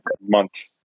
months